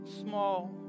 small